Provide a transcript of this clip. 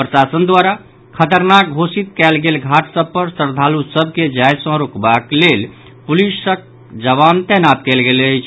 प्रशासन द्वारा खतरनाक घोषित कयल गेल घाट सभ पर श्रद्धालु सभ के जाय सॅ रोकबाक लेल पुलिसक जवान तैनात कयल गेल अछि